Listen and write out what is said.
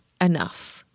enough